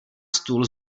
stůl